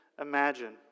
imagine